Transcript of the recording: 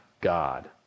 God